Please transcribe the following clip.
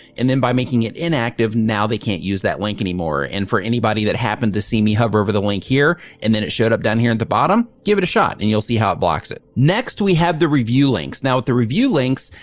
and then by making it inactive, now they can't use that link anymore. and for anybody that happened to see me hover over the link here and then it showed up down here at the bottom, give it a shot and you'll see how it blocks next, we have the review links. now with the review links,